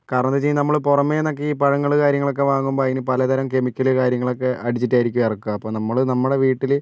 കാരണം എന്ന് വെച്ചുകഴിഞ്ഞാൽ നമ്മൾ പുറമെനിന്നൊക്കെ ഈ പഴങ്ങൾ കാര്യങ്ങളൊക്കെ വാങ്ങുമ്പോൾ അതിന് പലതരം കെമിക്കൽ കാര്യങ്ങളൊക്കെ അടിച്ചിട്ടായിരിക്കും ഇറക്കുക അപ്പോൾ നമ്മൾ നമ്മളുടെ വീട്ടിൽ